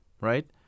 right